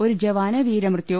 ഒരു ജവാന് വീരമൃത്യു